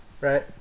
right